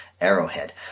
arrowhead